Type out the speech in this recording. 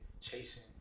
chasing